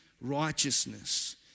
righteousness